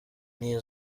niyo